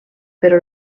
però